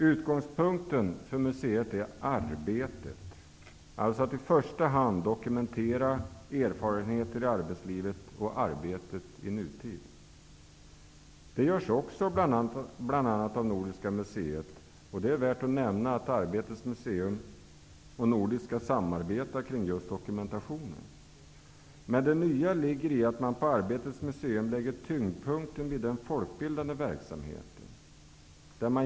Utgångspunkten för museet är arbetet och att i första hand dokumentera erfarenheter i arbetslivet och arbetet i nutid. Det görs också bl.a. av Nordiska museet. Det är värt att nämna att Arbetets museum och Nordiska museet samarbetar kring just dokumentationen. Det nya ligger i att man på Arbetets museum lägger tyngdpunkten vid den folkbildande verksamheten.